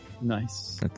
Nice